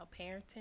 parenting